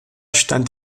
stand